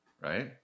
right